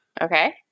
Okay